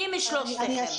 מי משלושתכם?